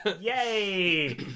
yay